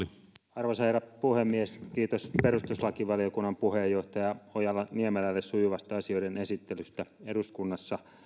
arvoisa herra puhemies kiitos perustuslakivaliokunnan puheenjohtaja ojala niemelälle sujuvasta asioiden esittelystä eduskunnassa